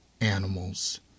animals